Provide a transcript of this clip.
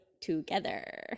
together